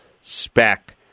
spec